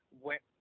went